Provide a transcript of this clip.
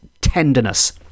tenderness